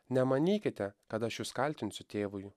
nemanykite kad aš jus kaltinsiu tėvui